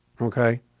Okay